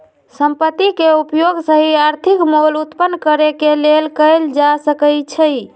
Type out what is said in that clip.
संपत्ति के उपयोग सही आर्थिक मोल उत्पन्न करेके लेल कएल जा सकइ छइ